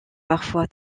parfois